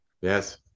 Yes